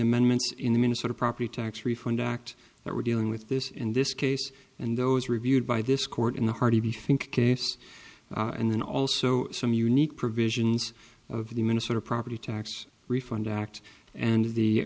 amendments in the minnesota property tax refund act that we're dealing with this in this case and those reviewed by this court in the heart of the fink case and then also some unique provisions of the minnesota property tax refund act and the